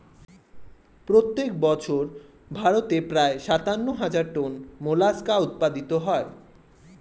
প্রত্যেক বছর ভারতে প্রায় সাতান্ন হাজার টন মোলাস্কা উৎপাদিত হয়